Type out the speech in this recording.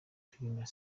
filime